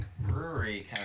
brewery